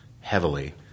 heavily